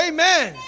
Amen